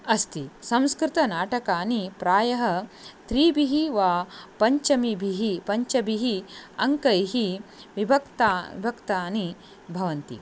अस्ति संस्कृतनाटकानि प्रायः त्रि वा पञ्चभिः पञ्चभिः अङ्कैः विभक्तानि विभक्तानि भवन्ति